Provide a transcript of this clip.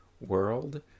world